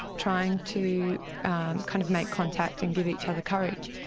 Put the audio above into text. trying to kind of make contact and give each other courage.